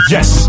Yes